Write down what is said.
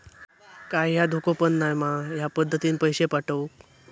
काय धोको पन नाय मा ह्या पद्धतीनं पैसे पाठउक?